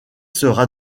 sera